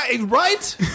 Right